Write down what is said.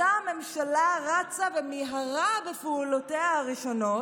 הממשלה רצה ומיהרה בפעולותיה הראשונות,